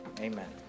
Amen